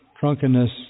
drunkenness